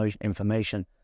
information